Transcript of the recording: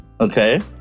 Okay